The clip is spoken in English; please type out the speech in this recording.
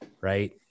Right